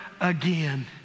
again